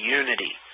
unity